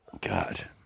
God